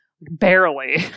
Barely